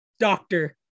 doctor